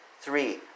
Three